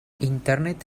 internet